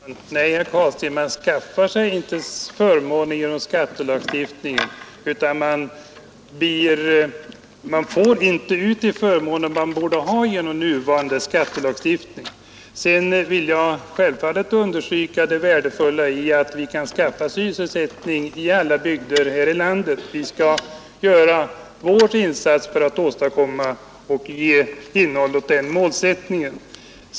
Herr talman! Nej, herr Carlstein, man skaffar sig inte här förmåner genom skattelagstiftningen, utan man kan inte utnyttja de förmåner man borde ha. Jag vill självfallet understryka värdet av att man skaffar sysselsättning åt människorna i alla bygder ute i landet, och vi skall göra vår insats för att ge innehåll åt den målsättningen.